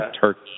turkey